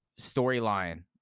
storyline